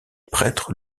prêtre